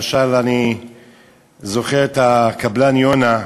למשל, אני זוכר את הקבלן יונה,